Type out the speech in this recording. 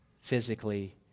physically